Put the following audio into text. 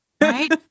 Right